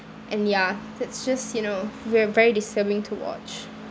and ya that's just you know ver~ very disturbing to watch